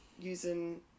using